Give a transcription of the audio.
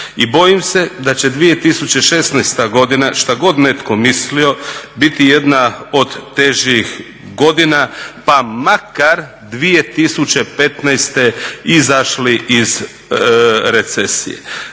I bojim se da će 2016. godina, šta god netko mislio, biti jedna od težih godina, pa makar 2015. izašli iz recesije.